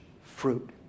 fruit